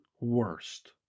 worst